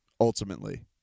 ultimately